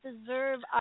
deserve